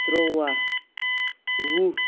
ترُٛواہ وُہ